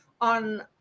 on